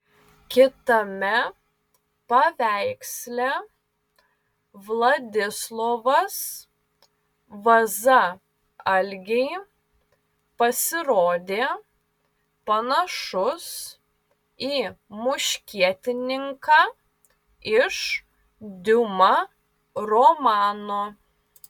kitame paveiksle vladislovas vaza algei pasirodė panašus į muškietininką iš diuma romano